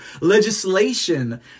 legislation